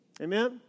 Amen